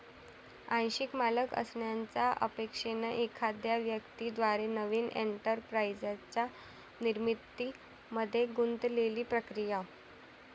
आंशिक मालक असण्याच्या अपेक्षेने एखाद्या व्यक्ती द्वारे नवीन एंटरप्राइझच्या निर्मितीमध्ये गुंतलेली प्रक्रिया